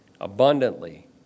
abundantly